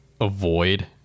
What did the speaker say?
avoid